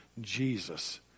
Jesus